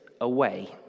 away